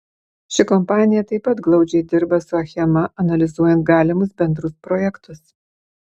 ši kompanija taip pat glaudžiai dirba su achema analizuojant galimus bendrus projektus